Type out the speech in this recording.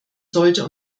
sollte